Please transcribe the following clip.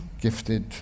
gifted